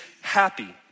happy